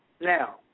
Now